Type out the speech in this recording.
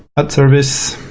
add service.